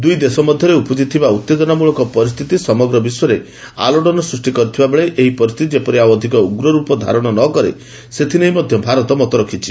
ଦୁଇଦେଶ ମଧ୍ୟରେ ଉପୁଜିଥିବା ଉତ୍ତେଜନାମୂଳକ ପରିସ୍ଥିତି ସମଗ୍ର ବିଶ୍ୱରେ ଆଲୋଡ଼ନ ସୃଷ୍ଟି କରିଥିବାବେଳେ ଏହି ପରିସ୍ଥିତି ଯେପରି ଆଉ ଅଧିକ ଉଗ୍ରରୂପ ଧାରଣ ନ କରେ ସେଥିନେଇ ମଧ୍ୟ ଭାରତ ମତ ରଖିଛି